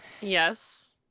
Yes